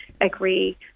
agree